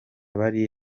bari